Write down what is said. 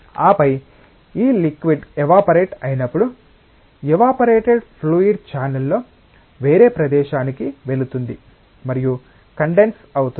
ఆపై ఈ liquid evaporate అయినపుడు ఏవాపరేటెడ్ ఫ్లూయిడ్ ఛానెల్లో వేరే ప్రదేశానికి వెళుతుంది మరియు కండెన్స్ అవుతుంది